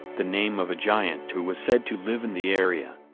the name of a giant who was said to live in the area.